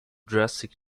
drastic